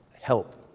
Help